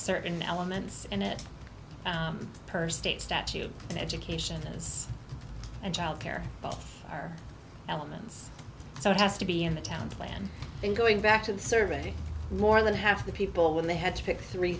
certain elements in it per state statute education and child care both are elements so it has to be in the town plan in going back to the survey to more than half the people when they had to pick three